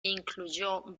incluyó